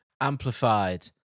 amplified